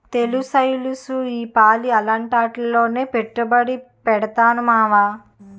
తెలుస్తెలుసు ఈపాలి అలాటాట్లోనే పెట్టుబడి పెడతాను మావా